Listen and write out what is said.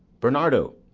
bernardo!